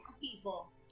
people